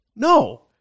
No